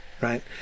right